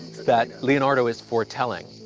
that leonardo is foretelling.